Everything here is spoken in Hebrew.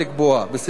בסעיף 5 לחוק,